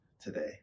today